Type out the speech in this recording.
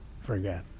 forget